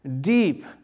deep